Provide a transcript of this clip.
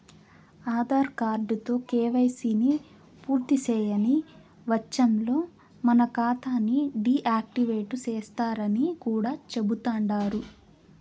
ఆదార్ కార్డుతో కేవైసీని పూర్తిసేయని వచ్చంలో మన కాతాని డీ యాక్టివేటు సేస్తరని కూడా చెబుతండారు